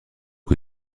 que